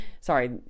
sorry